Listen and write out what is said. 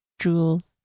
jewels